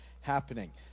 happening